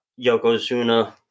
Yokozuna